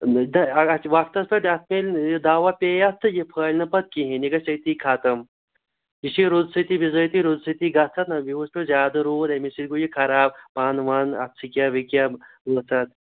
تہٕ اَتھ چھِ وَقتَس پٮ۪ٹھ اَتھ پٮ۪ن دوا پیٚیہِ اَتھ تہٕ یہِ پھٔہلہِ نہٕ پَتہٕ کِہیٖنٛۍ یہِ گَژھِ أتی ختٕم یہِ چھُ روٗدٕ سۭتی بِظٲتی روٗدٕ سۭتی گَژھان حظ یِہُس پٮ۪و زیادٕ روٗد اَمے سۭتۍ گوٚو یہِ خراب پن وَن اتھ سِکیپ وکیپ ؤژھ اتھ